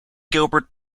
gilbert